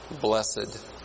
blessed